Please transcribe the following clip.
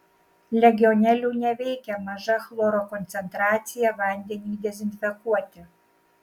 legionelių neveikia maža chloro koncentracija vandeniui dezinfekuoti